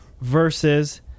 versus